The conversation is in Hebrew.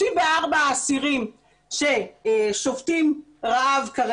הכותרת שהייתה כאן בתחילת הדיון היא ש-300 אסירים שובתי רעב.